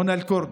מונא אל-כורד,